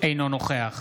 אינו נוכח